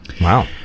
Wow